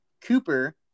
Cooper